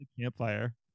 campfire